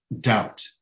doubt